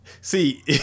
See